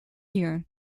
year